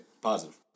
positive